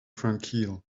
tranquil